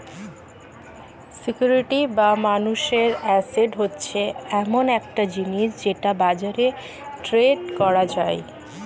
security বা মানুষের asset হচ্ছে এমন একটা জিনিস যেটা বাজারে ট্রেড করা যায়